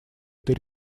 этой